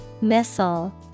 Missile